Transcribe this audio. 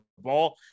ball